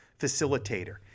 facilitator